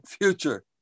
future